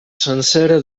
sencera